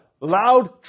loud